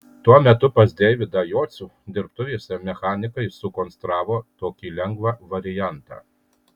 tuo metu pas deividą jocių dirbtuvėse mechanikai sukonstravo tokį lengvą variantą